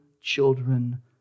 children